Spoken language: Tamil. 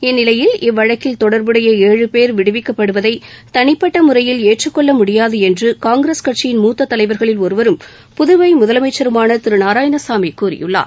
இந்நிலையில் இவ்வழக்கில் தொடர்புடைய ஏழு பேர் விடுவிக்கப்படுவதை தளிப்பட்ட முறையில் ஏற்றுக் கொள்ள முடியாது என்று காங்கிரஸ் கட்சியின் மூத்த தலைவர்களில் ஒருவரும் புதுவை முதலமைச்சருமான திரு நாராயணசாமி கூறியுள்ளார்